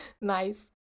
nice